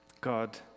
God